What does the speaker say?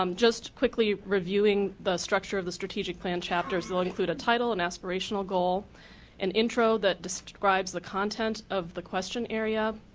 um just quickly reviewing the structure of the strategic plan chapter will include a title and aspirational goal and intro that describes the content of the question area,